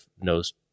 knows